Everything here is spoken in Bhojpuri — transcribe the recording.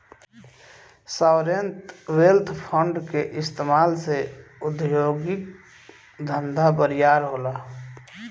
सॉवरेन वेल्थ फंड के इस्तमाल से उद्योगिक धंधा बरियार होला